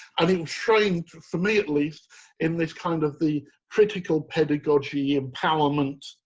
and it rained for me at least in this kind of the critical pedagogy, empowerment,